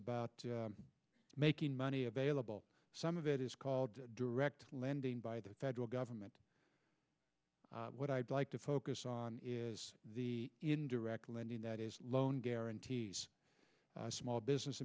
about making money available some of it is called direct lending by the federal government what i'd like to focus on is the indirect lending that is loan guarantees small business